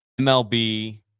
MLB